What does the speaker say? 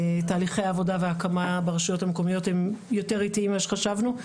תהליכי העבודה וההקמה ברשויות המקומיות הם יותר איטיים ממה שחשבנו.